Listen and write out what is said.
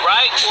Right